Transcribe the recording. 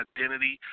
Identity